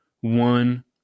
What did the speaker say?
one